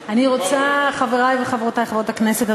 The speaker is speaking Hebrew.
חברי וחברותי חברות הכנסת,